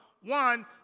one